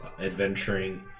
adventuring